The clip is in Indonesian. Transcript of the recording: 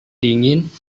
dingin